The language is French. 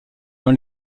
dans